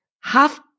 half